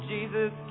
Jesus